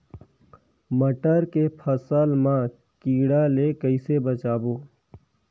मटर के फसल मा कीड़ा ले कइसे बचाबो?